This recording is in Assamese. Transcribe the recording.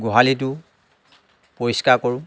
গোহালিটো পৰিষ্কাৰ কৰোঁ